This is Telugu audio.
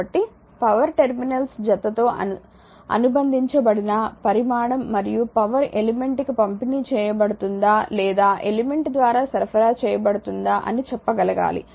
కాబట్టి పవర్ టెర్మినల్స్ జతతో అనుబంధించబడిన పరిమాణం మరియు పవర్ ఎలిమెంట్ కి పంపిణీ చేయబడుతుందా లేదా ఎలిమెంట్ ద్వారా సరఫరా చేయబడిందా అని చెప్పగలగాలి